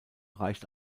reicht